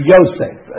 Yosef